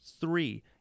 Three